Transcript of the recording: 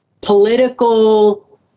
political